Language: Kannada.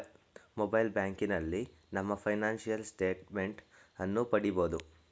ಮೊಬೈಲ್ ಬ್ಯಾಂಕಿನಲ್ಲಿ ನಮ್ಮ ಫೈನಾನ್ಸಿಯಲ್ ಸ್ಟೇಟ್ ಮೆಂಟ್ ಅನ್ನು ಪಡಿಬೋದು